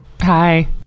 Hi